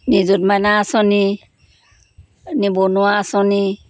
নিযুত মাইনা আঁচনি নিবনুৱা আঁচনি